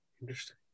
Interesting